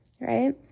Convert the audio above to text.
Right